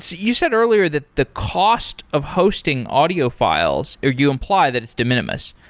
so you said earlier that the cost of hosting audio files, or you imply that it's de minimis.